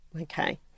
Okay